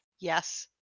Yes